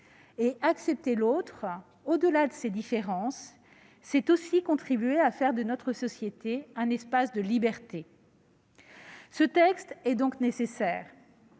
Accepter l'autre au-delà de ses différences, c'est aussi contribuer à faire de notre société un espace de liberté. Ce texte est donc nécessaire.